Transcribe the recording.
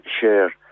share